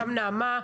גם נעמה,